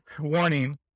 warning